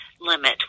limit